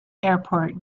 airport